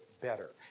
better